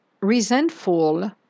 resentful